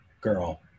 girl